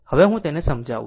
હવે હું તેને સમજાવું